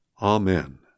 Amen